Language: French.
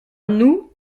nous